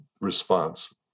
response